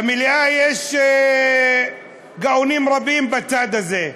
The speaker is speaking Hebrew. במליאה יש גאונים רבים בצד הזה,